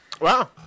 Wow